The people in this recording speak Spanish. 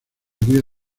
cría